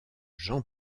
jean